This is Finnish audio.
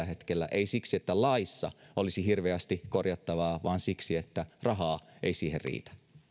hetkellä ei siksi että laissa olisi hirveästi korjattavaa vaan siksi että rahaa ei siihen riitä